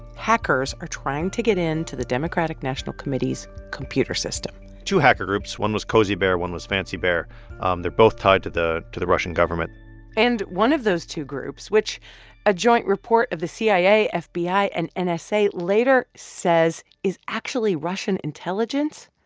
hackers are trying to get into the democratic national committee's computer system two hacker groups one was cozy bear, one was fancy bear um they're both tied to the to the russian government and one of those two groups, which a joint report of the cia, fbi and and nsa later says is actually russian intelligence,